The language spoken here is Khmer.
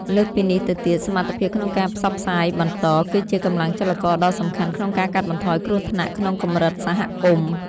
លើសពីនេះទៅទៀត សមត្ថភាពក្នុងការផ្សព្វផ្សាយបន្ត គឺជាកម្លាំងចលករដ៏សំខាន់ក្នុងការកាត់បន្ថយគ្រោះថ្នាក់ក្នុងកម្រិតសហគមន៍។